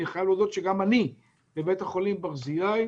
אני חייב להודות שגם אני בבית החולים ברזילי,